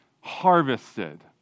harvested